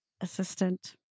assistant